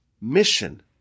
mission